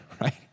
right